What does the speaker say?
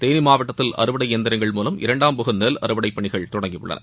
தேனி மாவட்டத்தில் அறுவடை இயந்திரங்கள் மூலம் இரண்டாம் போக நெல் அறுவடை பணிகள் தொடங்கியுள்ளது